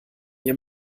ihr